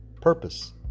purpose